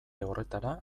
horretara